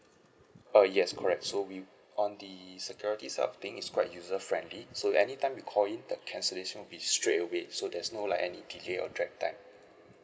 uh yes correct so we on the security something is quite user friendly so anytime you called in the cancellation would be straight away so there's no like any delay or drag time